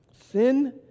Sin